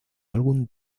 algún